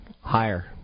higher